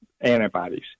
antibodies